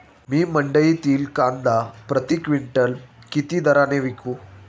मी मंडईतील कांदा प्रति क्विंटल किती दराने विकू?